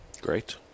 Great